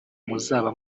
muzaba